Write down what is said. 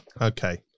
Okay